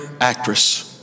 actress